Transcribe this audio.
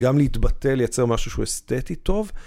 גם להתבטא, לייצר משהו שהוא אסתטי טוב.